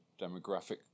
demographic